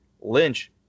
lynch